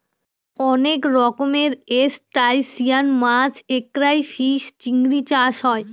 অনেক রকমের ত্রুসটাসিয়ান মাছ ক্রাইফিষ, চিংড়ি চাষ হয়